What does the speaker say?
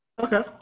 Okay